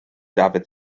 dafydd